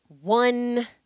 one